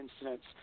incidents